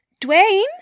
Dwayne